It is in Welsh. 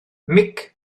mhic